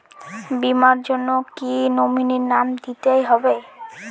বীমার জন্য কি নমিনীর নাম দিতেই হবে?